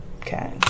okay